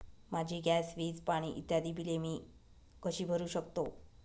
माझी गॅस, वीज, पाणी इत्यादि बिले मी कशी भरु शकतो?